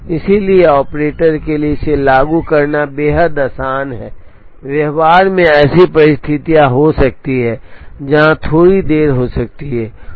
इसलिए ऑपरेटर के लिए इसे लागू करना बेहद आसान है व्यवहार में यह ऐसी परिस्थितियां हो सकती हैं जहां थोड़ी देरी हो सकती है